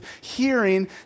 hearing